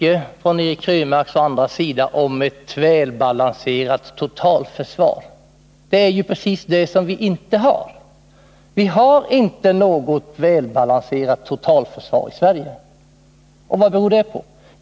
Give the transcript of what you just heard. Eric Krönmark och andra talar ofta om ett välbalanserat totalförsvar. Men det är ju just det som vi i Sverige saknar. Vad beror det på?